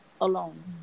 alone